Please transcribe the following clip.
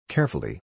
Carefully